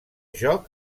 joc